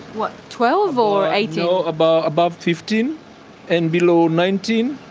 what, twelve or eighteen? above above fifteen and below nineteen.